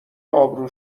ابرو